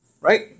Right